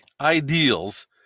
ideals